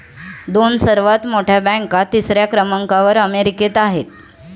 दोन सर्वात मोठ्या बँका तिसऱ्या क्रमांकावर अमेरिकेत आहेत